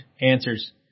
answers